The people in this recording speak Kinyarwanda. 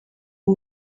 uwo